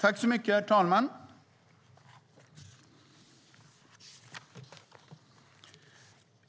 Herr talman!